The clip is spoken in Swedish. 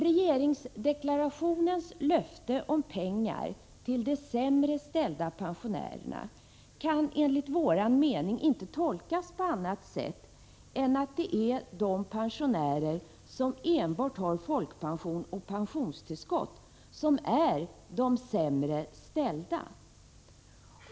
Regeringsdeklarationens löfte om pengar till de sämre ställda pensionärerna kan enligt vår mening inte tolkas på annat sätt än att det är de pensionärer som enbart har folkpension och pensionstillskott som är de sämre ställda.